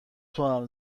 توام